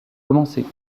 commencer